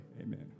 Amen